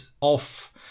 off